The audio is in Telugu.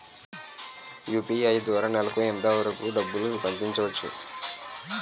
యు.పి.ఐ ద్వారా నెలకు ఎంత వరకూ డబ్బులు పంపించవచ్చు?